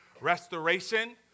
restoration